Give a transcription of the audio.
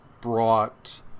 brought